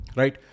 right